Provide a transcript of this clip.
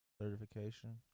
certification